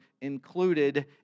included